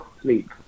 sleep